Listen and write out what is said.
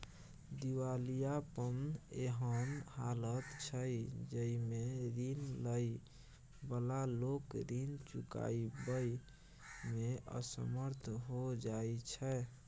दिवालियापन एहन हालत छइ जइमे रीन लइ बला लोक रीन चुकाबइ में असमर्थ हो जाइ छै